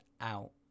out